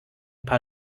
paar